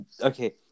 Okay